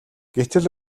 гэтэл